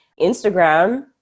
Instagram